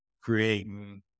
creating